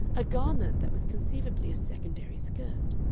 a garment that was conceivably a secondary skirt.